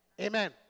Amen